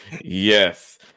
yes